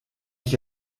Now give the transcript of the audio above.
ich